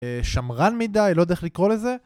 שמרן מדי, לא יודע איך לקרוא לזה